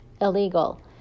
Illegal